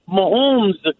Mahomes